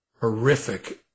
horrific